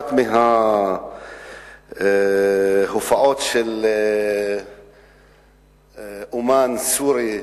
שבאחת מההופעות של אמן סורי,